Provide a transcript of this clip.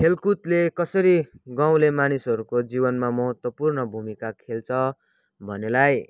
खेलकुदले कसरी गाउँले मानिसहरूको जीवनमा महत्त्वपूर्ण भूमिका खेल्छ भनेलाई